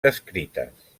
descrites